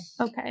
Okay